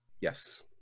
Yes